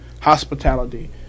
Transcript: hospitality